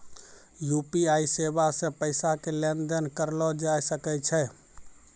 UPI सेबा से पैसा के लेन देन करलो जाय सकै छै